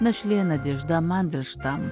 našlė nadežda mandaštam